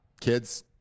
Kids